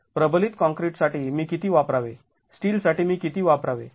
प्रबलित काँक्रीटसाठी मी किती वापरावे स्टील साठी मी किती वापरावे